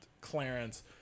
Clarence